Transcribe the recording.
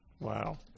Wow